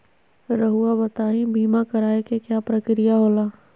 रहुआ बताइं बीमा कराए के क्या प्रक्रिया होला?